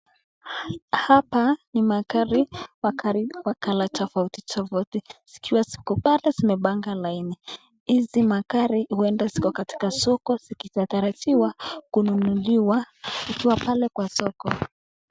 Hapa ni magari, kwa color tofautitofauti, zkiwa ziko pale zimepanga laini, huenda hizi magari ziko kwenye soko zkitarajiwa kununuliwa zkiwa pale kwa soko.